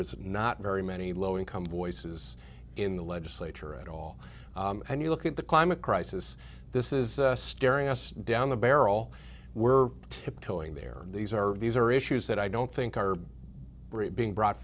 is not re many low income voices in the legislature at all and you look at the climate crisis this is staring us down the barrel we're tiptoeing there these are these are issues that i don't think are being brought